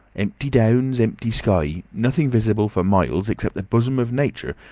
empty downs, empty sky. nothing visible for miles except the bosom of nature.